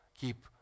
keep